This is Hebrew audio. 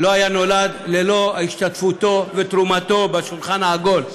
לא היה נולד ללא השתתפותו ותרומתו בשולחן העגול,